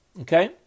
Okay